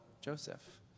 Joseph